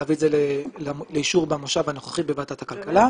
להביא את זה לאישור במושב הנוכחי בוועדת הכלכלה.